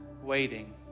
waiting